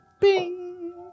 bing